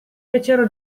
fecero